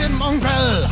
mongrel